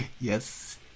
yes